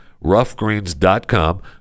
Roughgreens.com